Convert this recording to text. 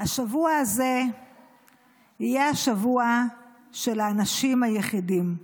השבוע הזה יהיה השבוע של האנשים היחידים.